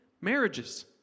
marriages